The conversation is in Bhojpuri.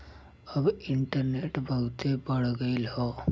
अब इन्टरनेट बहुते बढ़ गयल हौ